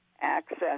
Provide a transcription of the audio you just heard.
access